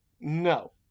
no